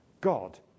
God